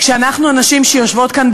כשאנחנו הנשים שיושבות כאן,